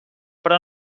però